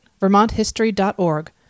vermonthistory.org